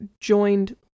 joined